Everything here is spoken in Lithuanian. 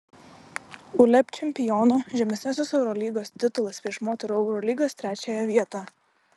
uleb čempiono žemesniosios eurolygos titulas prieš moterų eurolygos trečiąją vietą